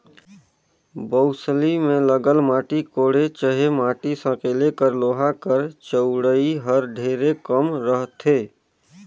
बउसली मे लगल माटी कोड़े चहे माटी सकेले कर लोहा कर चउड़ई हर ढेरे कम रहथे